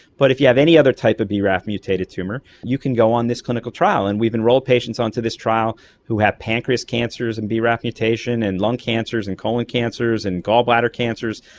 but if you have any other type of braf mutated tumour you can go on this clinical trial, and we've enrolled patients onto this trial who had pancreas cancers and braf mutation and lung cancers and colon cancers and gallbladder cancers,